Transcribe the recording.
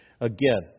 Again